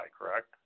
correct